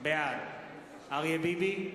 בעד אריה ביבי,